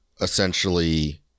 essentially